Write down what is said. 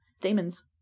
demons